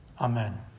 Amen